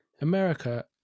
America